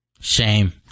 Shame